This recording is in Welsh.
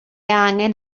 angen